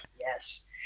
yes